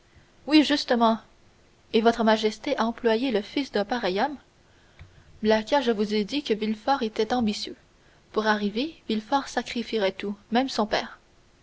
oui justement et votre majesté a employé le fils d'un pareil homme blacas mon ami vous n'y entendez rien je vous ai dit que villefort était ambitieux pour arriver villefort sacrifiera tout même son père